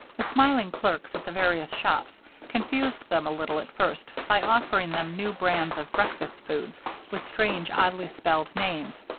the smiling clerks at the various shops confused them a little at first by offering them new brands of breakfast foods with strange, oddly spelled names,